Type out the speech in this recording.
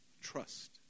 trust